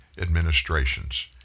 administrations